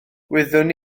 wyddwn